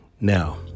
Now